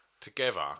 together